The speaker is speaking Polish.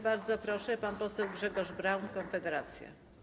Bardzo proszę, pan poseł Grzegorz Braun, Konfederacja.